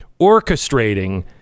orchestrating